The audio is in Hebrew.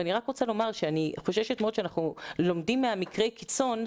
אני רק רוצה לומר שאני חוששת מאוד שאנחנו לומדים ממקרי הקיצון,